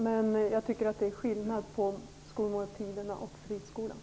Men jag tycker att det är en skillnad mellan frågan om skolmåltiderna och den om friskolorna.